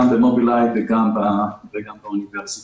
גם במובילאיי וגם באוניברסיטה.